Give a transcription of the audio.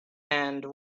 and